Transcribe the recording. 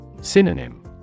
Synonym